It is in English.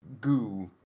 Goo